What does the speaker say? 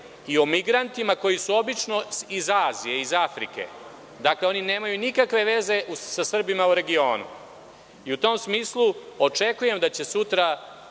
i o emigrantima koji su obično iz Azije, Afrike. Dakle, oni nemaju nikakve veze sa Srbima u regionu.U tom smislu očekujem da će sutra